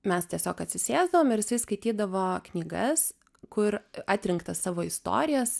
mes tiesiog atsisėsdavom ir jisai skaitydavo knygas kur atrinktas savo istorijas